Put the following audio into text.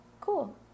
cool